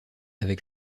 avec